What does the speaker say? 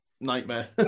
nightmare